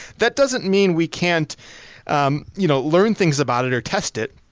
that doesn't mean we can't um you know learn things about it or test it.